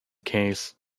case